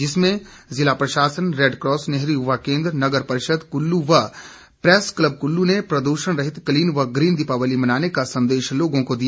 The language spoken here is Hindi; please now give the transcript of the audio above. जिसमें जिला प्रशासन रैडक्रास नेहरू युवा केंद्र नगर परिषद कुल्लू व प्रैस क्लब कुल्लू ने प्रदूर्षण रहित क्लीन व ग्रीन दिवाली मनाने का संदेश लोगों को दिया